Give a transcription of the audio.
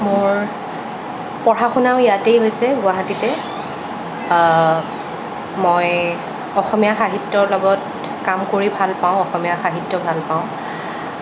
মোৰ পঢ়া শুনাও ইয়াতেই হৈছে গুৱাহাটীতে মই অসমীয়া সাহিত্য়ৰ লগত কাম কৰি ভাল পাওঁ অসমীয়া সাহিত্য় ভাল পাওঁ